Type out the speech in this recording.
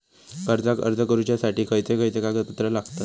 कर्जाक अर्ज करुच्यासाठी खयचे खयचे कागदपत्र लागतत